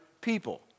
people